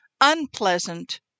unpleasant